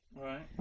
Right